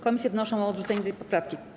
Komisje wnoszą o odrzucenie tej poprawki.